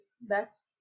best